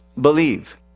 believe